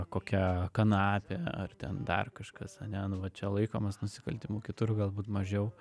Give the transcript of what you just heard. kokia kanapė ar ten dar kažkas ane nu va čia laikomas nusikaltimu kitur galbūt mažiau